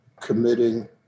committing